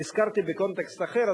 והזכרתי בקונטקסט אחר,